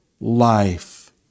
life